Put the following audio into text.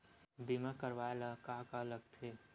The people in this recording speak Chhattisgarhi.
बीमा करवाय ला का का लगथे?